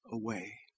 away